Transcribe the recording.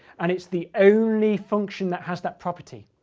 and it's the only function that has that property.